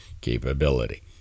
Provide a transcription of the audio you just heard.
capability